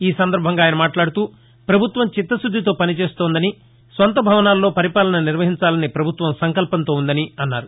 ఈ సందర్బంగా ఆయన మాట్లాడుతూ పభుత్వం చిత్తశుద్దితో పనిచేస్తుందని స్వంత భవనాలలో పరిపాలన నిర్వహించాలని పభుత్వం సంకల్పంతో ఉందని అన్నారు